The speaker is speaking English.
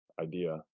idea